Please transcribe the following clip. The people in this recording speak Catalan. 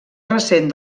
recent